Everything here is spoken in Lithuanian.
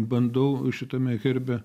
bandau šitame herbe